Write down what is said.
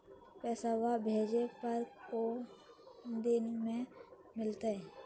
पैसवा भेजे पर को दिन मे मिलतय?